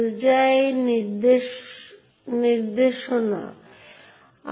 আমাদের কাছে একটি ছোট টেবিল রয়েছে যা ইউনিক্স সিস্টেম দ্বারা রক্ষণাবেক্ষণ করা হয়